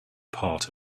part